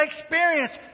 experience